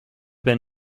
been